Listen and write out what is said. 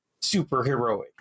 superheroic